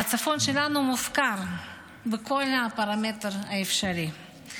והצפון שלנו מופקר בכל פרמטר אפשרי.